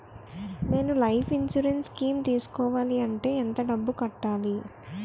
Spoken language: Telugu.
నేను లైఫ్ ఇన్సురెన్స్ స్కీం తీసుకోవాలంటే ఎంత డబ్బు కట్టాలి?